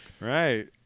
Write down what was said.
Right